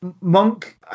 Monk